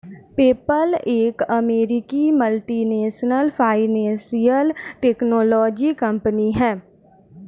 PayPal एक अमेरिकी multinational financial technology company है